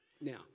Now